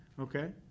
Okay